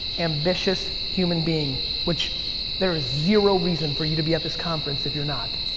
ambitious human being, which there is zero reason for you to be at this conference if you're not,